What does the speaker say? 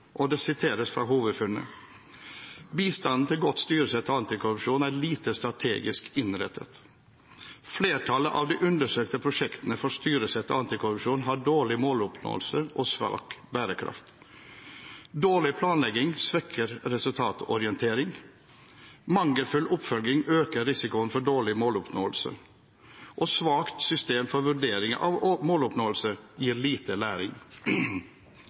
Det siteres fra hovedfunnet: Bistanden til godt styresett og antikorrupsjon er lite strategisk innrettet. Flertallet av de undersøkte prosjektene for styresett og antikorrupsjon har dårlig måloppnåelse og svak bærekraft. Dårlig planlegging svekker resultatorientering. Mangelfull oppfølging øker risikoen for dårlig måloppnåelse. Svakt system for vurdering av måloppnåelse gir lite læring.